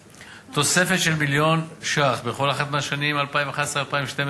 תוספת של מיליון ש"ח בכל אחת מהשנים 2011 ו-2012